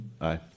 Aye